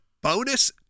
bonus